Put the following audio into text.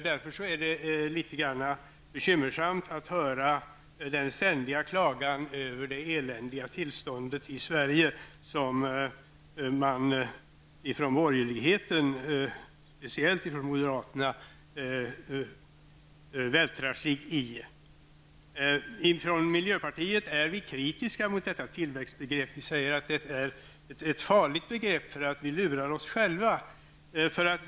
Därför är det litet bekymmersamt att höra den ständiga klagan över det eländiga tillståndet i Sverige som man hör borgerligheten, speciellt moderaterna, vältra sig i. Vi i miljöpartiet är kritiska mot detta tillväxtbegrepp. Vi säger att det är ett farligt begrepp. Vi lurar oss själva.